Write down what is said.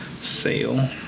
sale